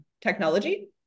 technology